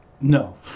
no